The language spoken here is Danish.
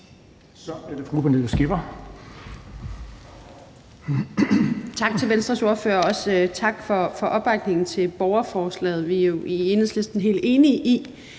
Tak til Venstres ordfører, og også tak for opbakningen til borgerforslaget. Vi er jo i Enhedslisten helt enige i,